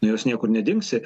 nuo jos niekur nedingsi